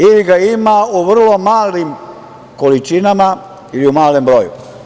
Ili ga ima u vrlo malim količinama ili u malom broju.